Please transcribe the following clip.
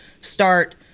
start